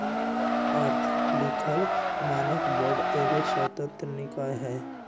आर्थिक लिखल मानक बोर्ड एगो स्वतंत्र निकाय हइ